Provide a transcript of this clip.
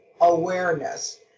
awareness